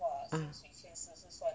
ah